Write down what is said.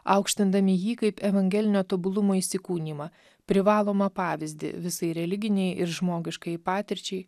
aukštindami jį kaip evangelinio tobulumo įsikūnijimą privalomą pavyzdį visai religinei ir žmogiškajai patirčiai